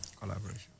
collaboration